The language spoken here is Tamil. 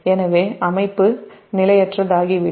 எனவே அமைப்பு நிலையற்றதாகிவிடும்